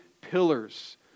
pillars